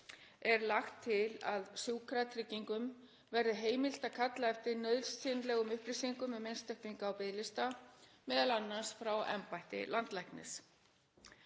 Er lagt til að Sjúkratryggingum verði heimilt að kalla eftir nauðsynlegum upplýsingum um einstaklinga á biðlista, m.a. frá embætti landlæknis.